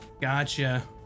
gotcha